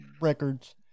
records